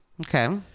Okay